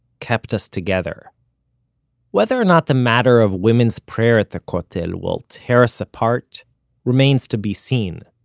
kept us together whether or not the matter of women's prayer at the kotel will tear us apart remains to be seen.